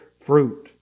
fruit